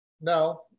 No